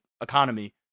economy